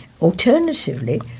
Alternatively